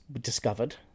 discovered